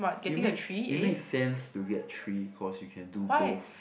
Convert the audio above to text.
it makes it makes sense to get three cause you can do both